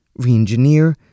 reengineer